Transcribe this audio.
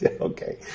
Okay